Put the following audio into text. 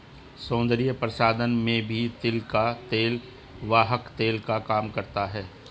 सौन्दर्य प्रसाधन में भी तिल का तेल वाहक तेल का काम करता है